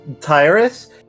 Tyrus